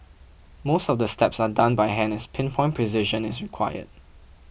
most of the steps are done by hand as pin point precision is required